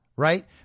right